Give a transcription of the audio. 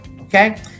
Okay